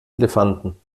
elefanten